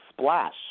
Splash